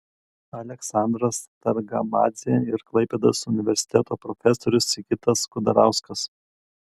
aleksandras targamadzė ir klaipėdos universiteto profesorius sigitas kudarauskas